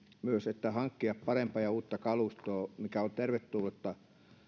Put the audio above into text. myös hankkia parempaa ja uutta kalustoa mikä on tervetullutta